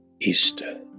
Easter